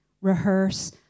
rehearse